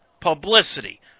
publicity